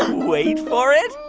um wait for it